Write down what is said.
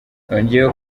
yongeyeho